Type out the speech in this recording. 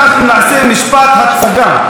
אנחנו נעשה משפט הצגה,